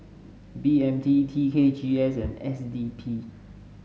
B M T T K G S and S D P